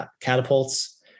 catapults